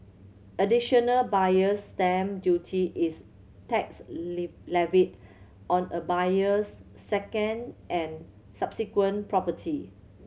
Additional Buyer's Stamp Duty is tax levied on a buyer's second and subsequent property